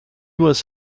was